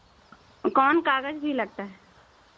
कौन कागज़ भी लगता है